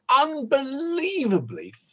unbelievably